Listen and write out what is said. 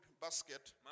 basket